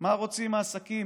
מה רוצים העסקים?